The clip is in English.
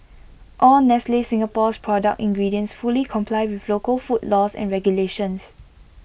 all nestle Singapore's product ingredients fully comply with local food laws and regulations